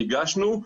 ניגשנו,